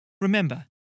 Remember